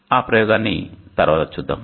ఆ ప్రయోగాన్ని తరువాత చూద్దాం